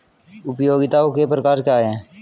उपयोगिताओं के प्रकार क्या हैं?